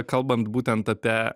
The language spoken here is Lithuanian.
kalbant būtent apie